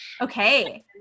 Okay